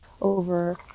over